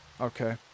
okay